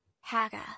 Haga